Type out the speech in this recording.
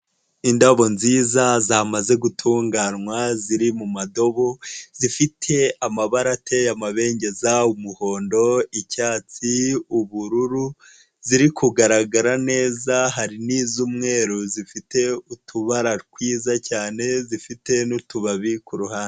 Indabyo nziza zamaze gutunganywa ziri mu madobo zifite amabara ateye amabengeza umuhondo icyatsi ubururu ziri kugaragara neza hari n'iz'umweru zifite utubara twiza cyane zifite n'utubabi ku ruhande.